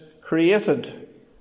created